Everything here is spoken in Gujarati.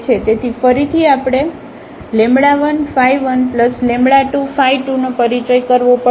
તેથી ફરીથી આપણે 1 12 2 નો પરિચય કરવો પડશે